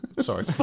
Sorry